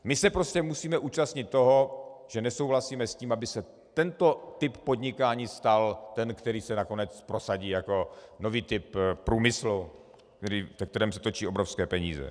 My se prostě musíme účastnit toho, že nesouhlasíme s tím, aby se tento typ podnikání stal ten, který se nakonec prosadí jako nový typ průmyslu, ve kterém se točí obrovské peníze.